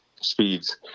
speeds